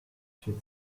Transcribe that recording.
für